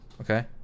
okay